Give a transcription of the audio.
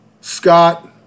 Scott